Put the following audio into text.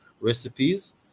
recipes